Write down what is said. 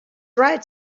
right